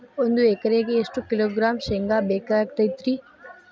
ಒಂದು ಎಕರೆಗೆ ಎಷ್ಟು ಕಿಲೋಗ್ರಾಂ ಶೇಂಗಾ ಬೇಕಾಗತೈತ್ರಿ?